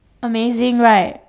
amazing right